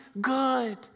good